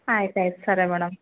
ಆಯ್ತು ಆಯ್ತು ಸರಿ ಮೇಡಮ್